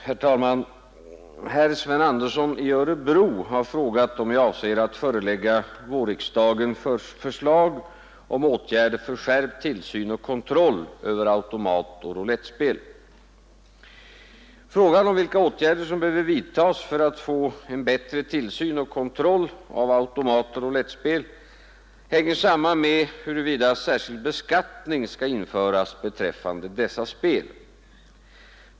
Herr talman! Herr Sven Andersson i Örebro har frågat om jag avser att förelägga vårriksdagen förslag om åtgärder för skärpt tillsyn och kontroll över automatoch roulettspel. Frågan om vilka åtgärder som behöver vidtas för att få bättre tillsyn och kontroll av automatoch roulettspel sammanhänger med huruvida särskild beskattning skall införas beträffande dessa spel.